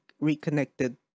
reconnected